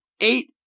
eight